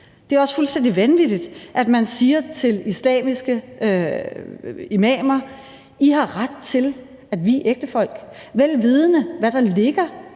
Det er jo også fuldstændig vanvittigt, at man siger til islamistiske imamer, at de har ret til at vie ægtefolk, vel vidende hvad der ligger